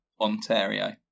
Ontario